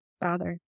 bother